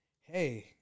hey